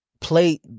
play